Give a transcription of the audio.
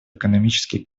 экономический